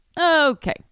okay